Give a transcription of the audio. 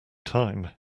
time